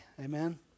Amen